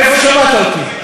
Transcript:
איפה שמעת אותי?